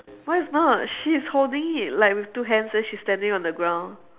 mine is not she is holding it like with two hands then she's standing on the ground